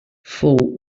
fou